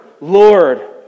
Lord